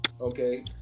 Okay